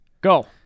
go